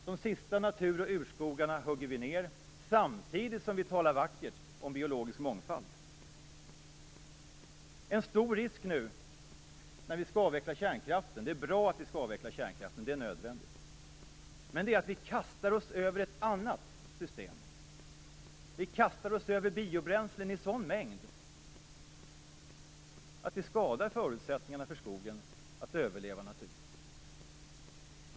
De sista natur och urskogarna hugger vi ned, samtidigt som vi talar vackert om biologisk mångfald. Det är bra att vi skall avveckla kärnkraften. Det är nödvändigt. Men en stor risk är nu att vi kastar oss över ett annat system. Vi kastar oss över biobränslen i sådan mängd att det skadar förutsättningarna för skogen att överleva naturligt.